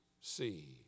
see